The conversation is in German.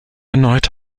erneut